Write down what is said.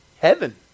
heaven